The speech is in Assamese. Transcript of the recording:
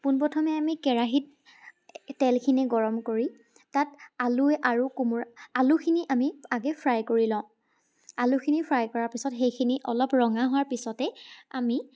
পোনপ্ৰথমে আমি কেৰাহিত তেলখিনি গৰম কৰি তাত আলু আৰু কোমোৰা আলুখিনি আমি আগে ফ্ৰাই কৰি লওঁ আলুখিনি ফ্ৰাই কৰা পিছত সেইখিনি অলপ ৰঙা হোৱাৰ পিছতেই আমি